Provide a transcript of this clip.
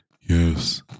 yes